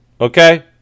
Okay